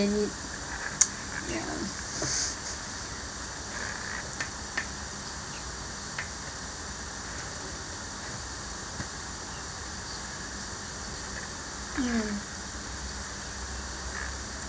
any ya mm